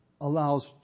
allows